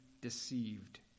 deceived